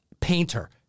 painter